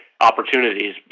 opportunities